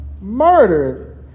murdered